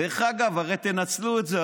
הרי תנצלו את זה.